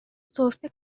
سرفه